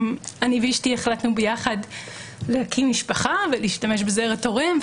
אני ואשתי החלטנו ביחד להקים משפחה ולהשתמש בזרע תורם.